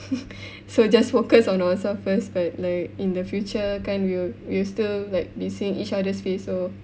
so just focus on ourselves first but like in the future kan we will we will still like be seeing each other's face so